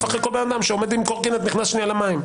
אחרי כל בן אדם שעומד עם קורקינט ונכנס שנייה למים.